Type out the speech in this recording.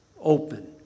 open